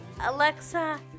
Alexa